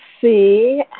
see